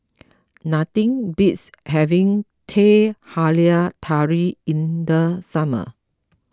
nothing beats having Teh Halia Tarik in the summer